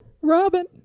Robin